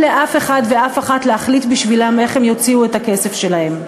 לאף אחד ואף אחת להחליט בשבילם איך הם יוציאו את הכסף שלהם.